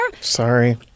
Sorry